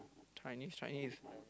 Chinese Chinese